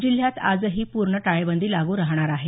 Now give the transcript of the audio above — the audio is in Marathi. जिल्ह्यात आजही पूर्ण टाळेबंदी लागू राहणार आहे